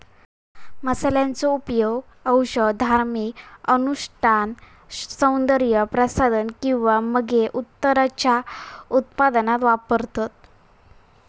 मसाल्यांचो उपयोग औषध, धार्मिक अनुष्ठान, सौन्दर्य प्रसाधन किंवा मगे उत्तराच्या उत्पादनात वापरतत